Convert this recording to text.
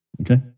Okay